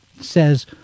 says